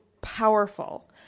powerful